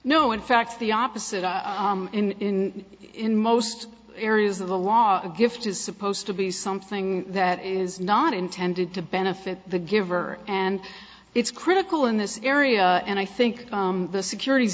no in fact the opposite in in most areas of the law a gift is supposed to be something that is not intended to benefit the giver and it's critical in this area and i think the securities